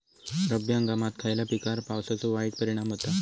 रब्बी हंगामात खयल्या पिकार पावसाचो वाईट परिणाम होता?